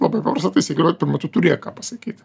labai paprasta taisyklė vat pirma tu turėk ką pasakyti